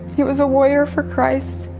he was a warrior for christ.